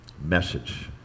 message